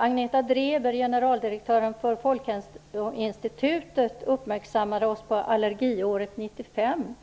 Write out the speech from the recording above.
Agneta Dreber, generaldirektören för Folkhälsoinstitutet, uppmärksammade oss på allergiåret 95.